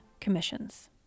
commissions